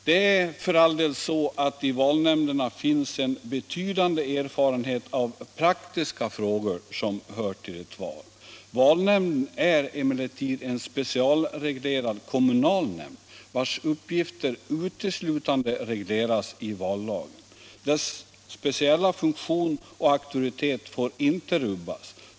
Det är för all del så att i valnämnderna finns en betydande erfarenhet av praktiska frågor som hör till ett val. Valnämnden är emellertid en specialreglerad kommunal nämnd, vars uppgifter uteslutande regleras i vallagen. Dess speciella funktion och auktoritet får inte rubbas.